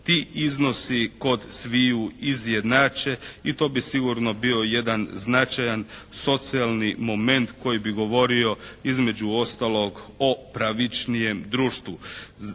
ti iznosi kod sviju izjednače i to bi sigurno bio jedan značajan socijalni moment koji bi govorio između ostalog o pravičnijem društvu.